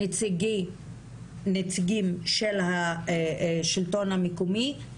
נציגים של השלטון המקומי,